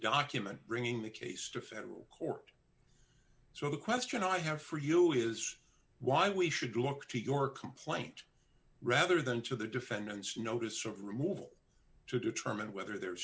document bringing the case to federal court so the question i have for you is why we should look to your complaint rather than to the defendant's notice of removal to determine whether the